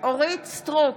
אורית מלכה סטרוק,